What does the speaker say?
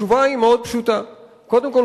התשובה היא מאוד פשוטה: קודם כול,